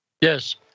Yes